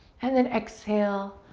and then exhale.